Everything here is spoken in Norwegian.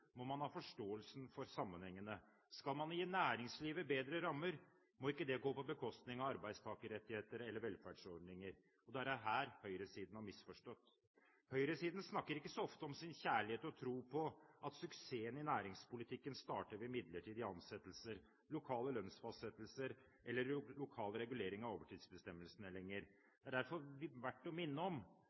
må man ha forståelse for sammenhengene. Skal man gi næringslivet bedre rammer, må ikke det gå på bekostning av arbeidstakerrettigheter eller velferdsordninger. Det er dette høyresiden har misforstått. Høyresiden snakker ikke så ofte om sin kjærlighet og tro på at suksessen i næringspolitikken starter med midlertidige ansettelser, lokale lønnsfastsettelser eller lokale reguleringer av overtidsbestemmelsene lenger. Det er derfor verdt å minne om